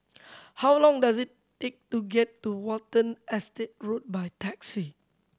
how long does it take to get to Watten Estate Road by taxi